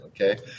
Okay